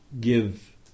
give